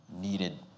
needed